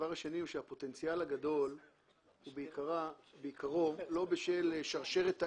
הפוטנציאל הגדול הוא בעיקרו לא בשל שרשרת הערך,